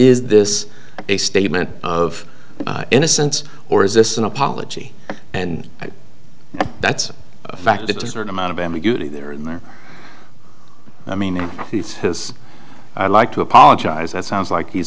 is this a statement of innocence or is this an apology and that's a fact that to certain amount of ambiguity there in there i mean he has i like to apologize that sounds like he's